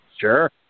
Sure